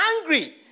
angry